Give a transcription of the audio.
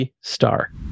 Star